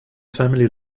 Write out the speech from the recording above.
family